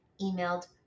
emailed